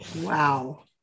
Wow